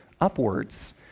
upwards